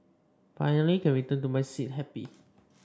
finally can return to my seat happy